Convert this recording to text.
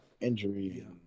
injury